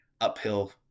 uphill